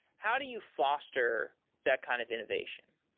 how do you foster that kind of innovation?